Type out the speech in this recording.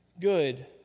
good